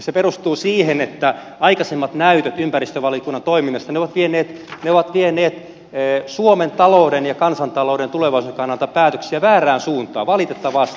se perustuu siihen että aikaisemmat näytöt ympäristövaliokunnan toiminnasta ovat vieneet suomen talouden ja kansantalouden tulevaisuuden kannalta päätöksiä väärään suuntaan valitettavasti